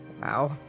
Wow